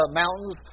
mountains